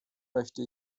möchte